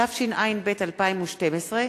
התש"ע-2009,